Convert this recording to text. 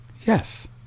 yes